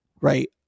Right